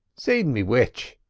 seen me which?